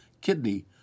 kidney